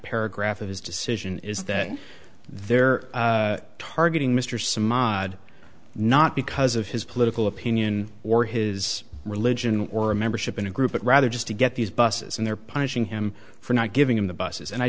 paragraph of his decision is that they're targeting mr some odd not because of his political opinion or his religion or membership in a group but rather just to get these buses and they're punishing him for not giving him the buses and i